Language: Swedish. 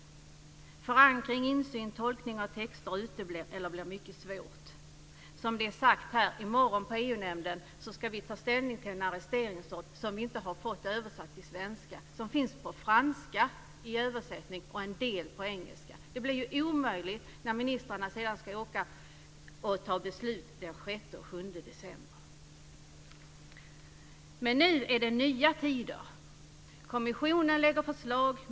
Förankring, insyn, tolkning av texter uteblir eller blir mycket svåra. Som det sagts här ska vi på EU-nämnden i dag ta ställning till en arresteringsorder som vi inte har fått översatt till svenska. Den finns på franska i översättning och en del på engelska. Det blir ju omöjligt när ministrarna sedan ska åka och fatta beslut den 6 och 7 december. Men nu är det nya tider. Kommissionen lägger fram förslag.